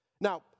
Now